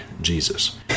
Jesus